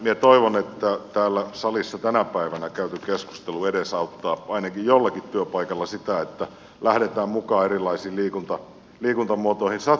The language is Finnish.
minä toivon että täällä salissa tänä päivänä käyty keskustelu edesauttaa ainakin jollakin työpaikalla sitä että lähdetään mukaan erilaisiin liikuntamuotoihin satsaamaan